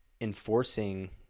enforcing